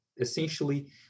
essentially